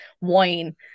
wine